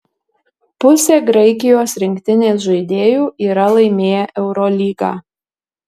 pusė graikijos rinktinės žaidėjų yra laimėję eurolygą